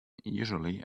usually